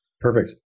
Perfect